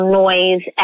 noise